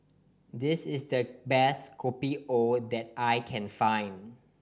this is the best Kopi O that I can find